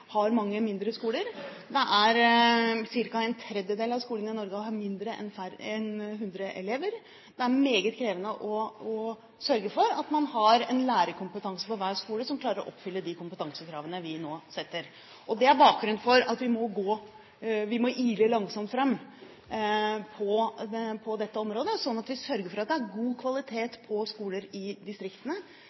har mange mindre skoler. Det er ca. en tredjedel av skolene i Norge som har mindre enn hundre elever. Det er meget krevende å sørge for at man har en lærerkompetanse på hver skole som klarer å oppfylle de kompetansekravene vi nå setter. Det er bakgrunnen for at vi må ile langsomt fram på dette området, slik at vi sørger for at det er god kvalitet på skoler i distriktene